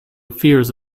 fears